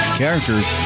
characters